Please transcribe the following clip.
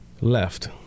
left